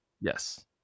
Yes